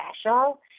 special